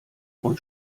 und